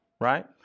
Right